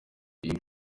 iyi